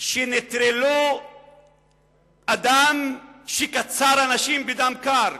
שנטרלו אדם שקצר אנשים בדם קר,